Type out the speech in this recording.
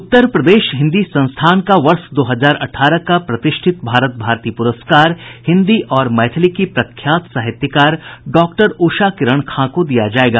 उत्तर प्रदेश हिन्दी संस्थान का वर्ष दो हजार अठारह का प्रतिष्ठित भारत भारती प्रस्कार हिन्दी और मैथिली की प्रख्यात साहित्यकार डॉक्टर उषा किरण खां को दिया जायेगा